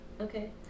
Okay